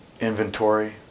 inventory